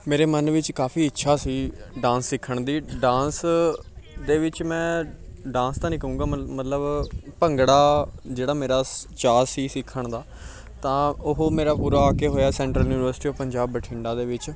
ਮੇਰੇ ਮਨ ਵਿੱਚ ਕਾਫੀ ਇੱਛਾ ਸੀ ਡਾਂਸ ਸਿੱਖਣ ਦੀ ਡਾਂਸ ਦੇ ਵਿੱਚ ਮੈਂ ਡਾਂਸ ਤਾਂ ਨਹੀਂ ਕਹੂੰਗਾ ਮਲ ਮਤਲਬ ਭੰਗੜਾ ਜਿਹੜਾ ਮੇਰਾ ਸ ਚਾਅ ਸੀ ਸਿੱਖਣ ਦਾ ਤਾਂ ਉਹ ਮੇਰਾ ਪੂਰਾ ਆ ਕੇ ਹੋਇਆ central university of Punjab Bathinda ਦੇ ਵਿੱਚ